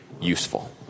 useful